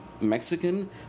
Mexican